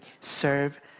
serve